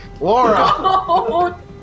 Laura